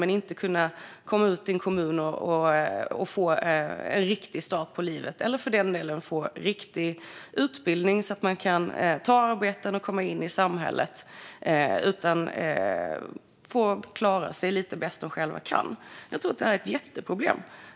Men de ska inte kunna komma ut i en kommun och få en riktig start på livet eller för den delen få riktig utbildning så att de kan ta arbeten och komma in i samhället, utan de ska få klara sig lite bäst de själva kan. Jag tror att det här är ett jätteproblem.